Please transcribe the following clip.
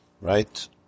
Right